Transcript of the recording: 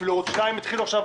אפילו ערוץ 2 התחילו עכשיו